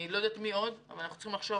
אני לא יודעת מי עוד אבל אנחנו צריכים לחשוב